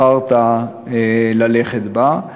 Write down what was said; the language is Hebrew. בחרת ללכת בה.